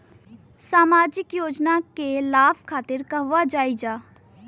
सामाजिक योजना के लाभ खातिर कहवा जाई जा?